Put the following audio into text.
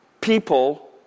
people